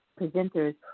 presenters